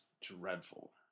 dreadful